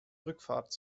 rückfahrt